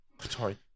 Sorry